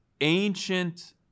ancient